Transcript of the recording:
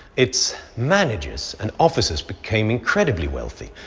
its managers and officers became incredibly wealthy,